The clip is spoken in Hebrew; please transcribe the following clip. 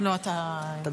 שנצא?